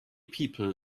people